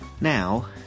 now